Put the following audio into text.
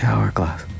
Hourglass